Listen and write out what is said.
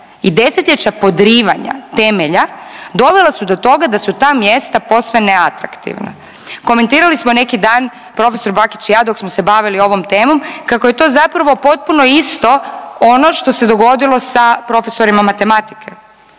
i desetljeća podrivanja temelja, dovela su do toga da su ta mjesta posve neatraktivna. Komentirali smo neki dan profesor Bakić i ja dok smo se bavili ovom temom, kako je to zapravo potpuno isto ono što se dogodilo sa profesorima matematike,